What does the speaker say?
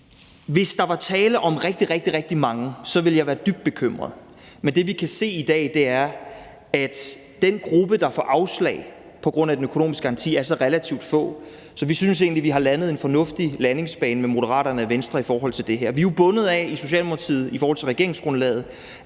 Hvis der var tale om rigtig, rigtig mange, ville jeg være dybt bekymret, men det, vi kan se i dag, er, at den gruppe, der får afslag på grund af den økonomiske garanti, er så relativt lille, at vi egentlig synes, at vi er landet fornuftigt på en landingsbane sammen med Moderaterne og Venstre i forhold til det her. I Socialdemokratiet er vi jo i forhold til regeringsgrundlaget